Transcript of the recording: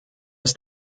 ist